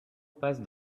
passe